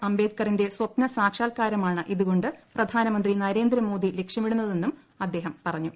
അംബേദ്കറിന്റെ സ്വപ്ന സാക്ഷാത്ക്കാരമാണ് ഇതുകൊണ്ട് പ്രധാനമന്ത്രി നരേന്ദ്രമോദി ലക്ഷ്യമിടുന്നതെന്നും അദ്ദേഹം പറഞ്ഞു